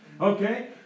okay